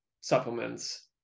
supplements